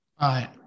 right